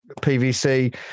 PVC